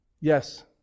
Yes